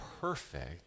perfect